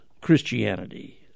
Christianity